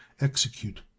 execute